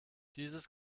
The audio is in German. dieses